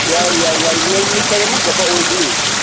ꯌꯥꯏ ꯌꯥꯏ ꯌꯥꯏ ꯅꯣꯏ ꯃꯤ ꯀꯌꯥꯃꯨꯛꯒꯨꯝꯕ ꯑꯣꯏꯒꯅꯤ